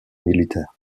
militaire